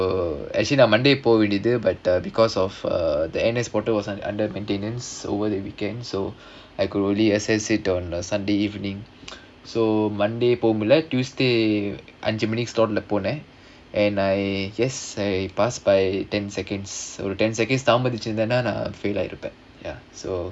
so actually நான்:naan monday போக வேண்டியது:poga vendiyathu because of uh the N_S portal was under maintenance over the weekend so I could only access it on a sunday evening so monday போக முடியல:poga mudiyala tuesday போனேன்:ponaen and I yes I pass by ten seconds so ten seconds தாமதிச்சிருந்தேனா:thamathichirunthaenaa fail ஆகிருப்பேன்:agiruppaen at the back ya so